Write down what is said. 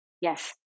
Yes